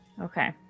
Okay